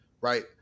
right